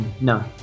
No